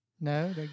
No